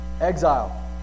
exile